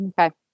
Okay